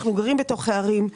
אנחנו גרים בתוך הערים.